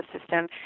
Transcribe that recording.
system